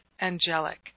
angelic